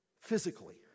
Physically